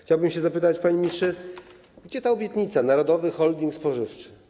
Chciałbym się zapytać, panie ministrze, gdzie ta obietnica narodowego holdingu spożywczego.